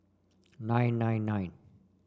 nine nine nine